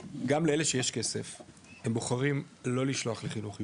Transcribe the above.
גם לאלה שיש כסף הם בוחרים לא לשלוח לחינוך יהודי,